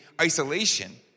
isolation